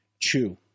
chew